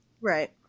Right